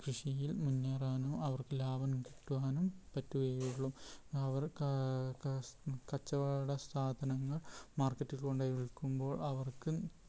കൃഷിയിൽ മുന്നേറാനും അവർക്ക് ലാഭം കിട്ടുവാനും പറ്റുകയുള്ളു അവർ കച്ചവട സാധനങ്ങൾ മാർക്കറ്റിൽ കൊണ്ടു പോയി വിൽക്കുമ്പോൾ അവർക്ക്